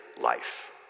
life